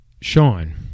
Sean